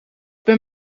ben